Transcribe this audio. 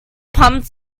pumped